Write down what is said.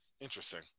Interesting